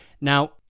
now